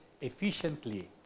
efficiently